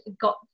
got